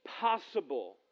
possible